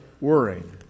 worrying